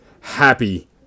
happy